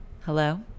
hello